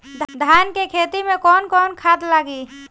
धान के खेती में कवन कवन खाद लागी?